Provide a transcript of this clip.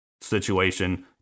situation